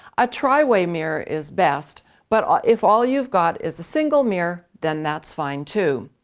a tri-way mirror is best but ah if all you've got is a single mirror then that's fine too.